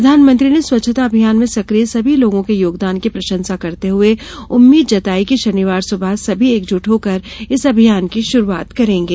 प्रधानमंत्री ने स्वच्छता अभियान में सकिय सभी लोगों के योगदान की प्रशंसा करते हुए उम्मीद जताई कि शनिवार सुबह सभी एकजुट होकर इस अभियान की शुरुआत करेंगे